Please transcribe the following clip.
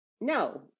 No